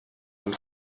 man